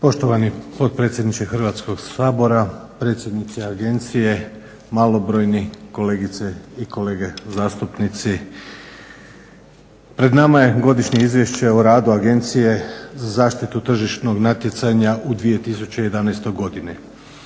Poštovani potpredsjedniče Hrvatskog sabora, predsjednice agencije, malobrojni kolegice i kolege zastupnici. Pred nama je Godišnje izvješće o radu Agencije za zaštitu tržišnog natjecanja u 2011. godini.